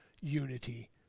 unity